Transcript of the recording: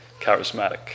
charismatic